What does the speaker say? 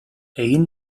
egin